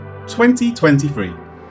2023